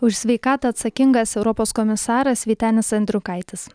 už sveikatą atsakingas europos komisaras vytenis andriukaitis